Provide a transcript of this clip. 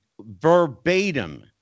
verbatim